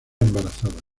embarazada